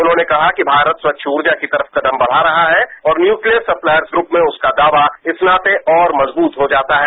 उन्होंने कहा कि भारत सच्छ ऊर्जा की तरफ कदम बढ़ा रहा है और न्यूक्लियर सप्लायर्स ग्रूप में उनका दावा इस नाते और मजबूत हो जाता है